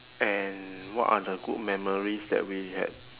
and what are the good memories that we had